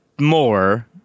more